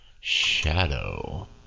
Shadow